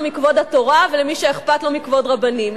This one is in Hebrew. מכבוד התורה ומי שאכפת לו מכבוד רבנים,